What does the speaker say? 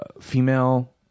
female